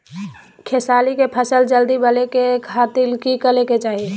खेसारी के फसल जल्दी बड़े के खातिर की करे के चाही?